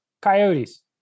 Coyotes